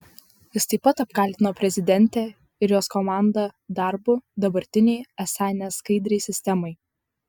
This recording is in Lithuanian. jis taip pat apkaltino prezidentę ir jos komandą darbu dabartinei esą neskaidriai sistemai